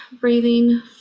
breathing